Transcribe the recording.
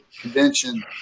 convention